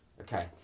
Okay